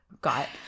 got –